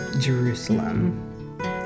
jerusalem